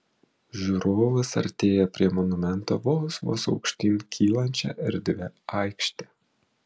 žiūrovas artėja prie monumento vos vos aukštyn kylančia erdvia aikšte